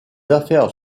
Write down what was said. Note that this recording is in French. affaires